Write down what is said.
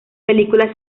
película